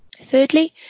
Thirdly